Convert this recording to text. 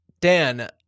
Dan